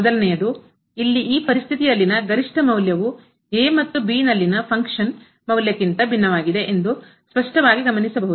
ಮೊದಲನೆಯದು ಇಲ್ಲಿ ಈ ಪರಿಸ್ಥಿತಿಯಲ್ಲಿನ ಗರಿಷ್ಠ ಮೌಲ್ಯವು ಮತ್ತು ನಲ್ಲಿನ ಫಂಕ್ಷನ್ನ ಕಾರ್ಯ ಮೌಲ್ಯಕ್ಕಿಂತ ಭಿನ್ನವಾಗಿದೆ ಎಂದು ಸ್ಪಷ್ಟವಾಗಿ ಗಮನಿಸಬಹುದು